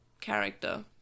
character